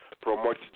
promote